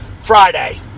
Friday